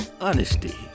honesty